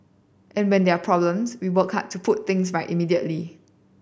and when there are problems we work hard to put things right immediately